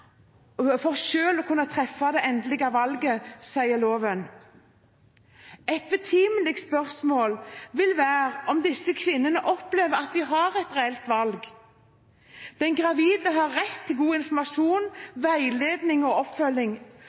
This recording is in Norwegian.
for selv å kunne treffe det endelige valget, sier loven. Et betimelig spørsmål vil være om disse kvinnene opplever at de har et reelt valg. Den gravide har rett til god informasjon, veiledning og oppfølging